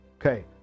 Okay